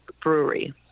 brewery